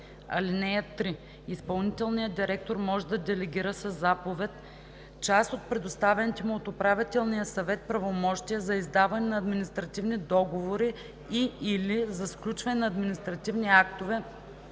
„(3) Изпълнителният директор може да делегира със заповед част от предоставените му от управителния съвет правомощия за издаване на административни договори и/или за сключване на административни актове